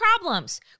problems